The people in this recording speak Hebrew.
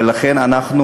ולכן אנחנו,